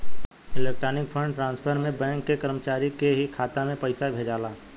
electronic fund transfer में bank के कर्मचारी के ही खाता में पइसा भेजाला